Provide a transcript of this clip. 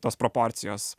tos proporcijos